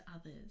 others